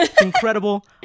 Incredible